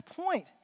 point